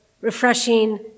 refreshing